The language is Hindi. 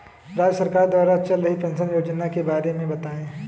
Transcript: राज्य सरकार द्वारा चल रही पेंशन योजना के बारे में बताएँ?